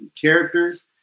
characters